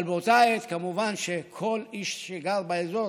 אבל באותה עת, כמובן שכל איש שגר באזור